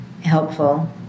helpful